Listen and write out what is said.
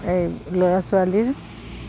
এই ল'ৰা ছোৱালীৰ